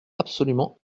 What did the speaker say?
absolument